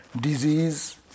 Disease